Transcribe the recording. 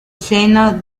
seno